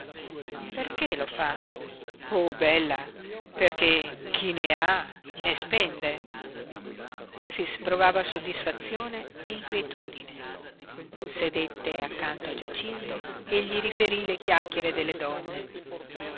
perché lo fa oh bella perché chi ne ha ne spende efix provava soddisfazione e inquietudine sedette accanto a giacinto e gli riferí le chiacchiere delle donne